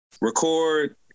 record